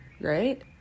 right